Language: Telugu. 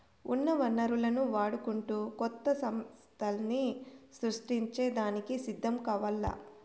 ఉన్న వనరులను వాడుకుంటూ కొత్త సమస్థల్ని సృష్టించే దానికి సిద్ధం కావాల్ల